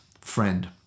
friend